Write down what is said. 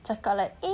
cakap like